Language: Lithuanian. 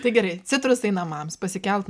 tai gerai citrusai namams pasikelt